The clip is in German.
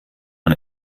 man